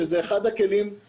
זה לא קורה עכשיו.